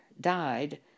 died